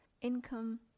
income